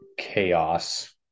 chaos